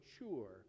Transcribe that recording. mature